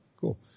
Cool